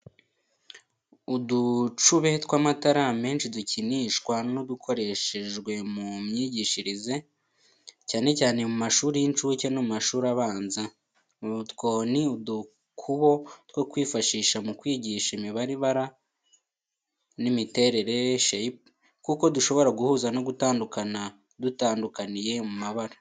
Uducube tw’amabara menshi dukinishwa dukoreshejwe mu myigishirize, cyane cyane mu mashuri y’inshuke no mu mashuri abanza. Utwo ni udukubo two kwifashisha mu kwigisha imibare, ibara, n’imiterere (shapes). Kuko dushobora guhuza no gutandukana. Dutandukaniye mu mabara.